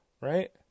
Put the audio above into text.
right